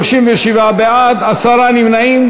37 בעד, עשרה נמנעים.